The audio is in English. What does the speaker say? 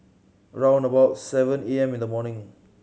round about seven A M in the morning